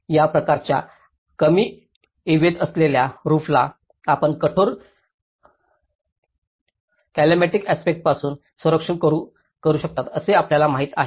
या प्रकारच्या कमी इवेद असलेल्या रूफला आपण कठोर कॅलिमॅटिकच्या आस्पेक्टसपासून संरक्षण करू शकता असे आपल्याला माहित आहे